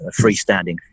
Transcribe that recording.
freestanding